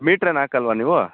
metre ಏನು ಹಾಕಲ್ವ ನೀವು